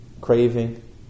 craving